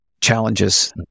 challenges